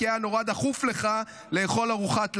כי היה נורא דחוף לך לאכול ארוחת לילה,